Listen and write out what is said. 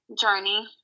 journey